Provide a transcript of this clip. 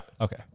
Okay